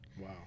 Wow